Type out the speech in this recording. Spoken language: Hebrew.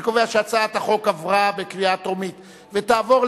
אני קובע שהצעת החוק עברה בקריאה טרומית ותעבור,